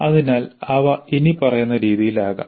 അതിനാൽ അവ ഇനിപ്പറയുന്ന രീതിയിൽ ആകാം